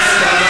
תשב,